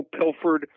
Pilford